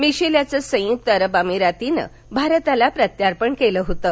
Michel याचं संयुक्त अरब अमिरातीनं भारताला प्रत्यार्पण केल होतं